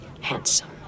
Handsome